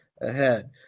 ahead